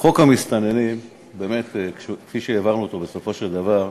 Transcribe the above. חוק המסתננים, כפי שהעברנו אותו בסופו של דבר,